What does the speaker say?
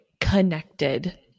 connected